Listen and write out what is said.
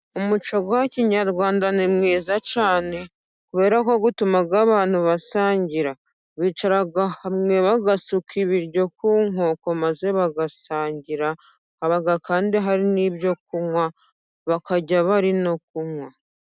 Umuco wa kinyarwanda ni mwiza cyane, kubera ko utuma abantu basangira, bicara hamwe bagasuka ibiryo ku nkoko, maze bagasangira. Haba kandi hari n'ibyo kunywa bakarya bari no kunywa.